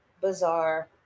bizarre